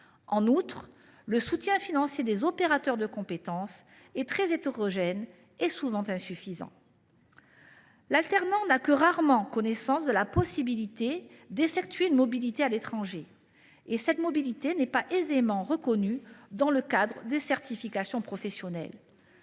En outre, le soutien financier des opérateurs de compétences est très hétérogène et souvent insuffisant. L’alternant n’a que rarement connaissance de la possibilité d’effectuer une mobilité à l’étranger et cette mobilité n’est pas aisément reconnue dans le cadre des certifications professionnelles.